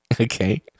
Okay